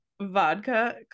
vodka